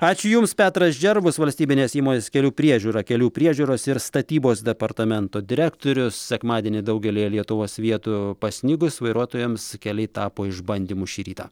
ačiū jums petras džervus valstybinės įmonės kelių priežiūra kelių priežiūros ir statybos departamento direktorius sekmadienį daugelyje lietuvos vietų pasnigus vairuotojams keliai tapo išbandymu šį rytą